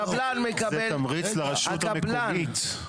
זה תמריץ לרשות המקומית.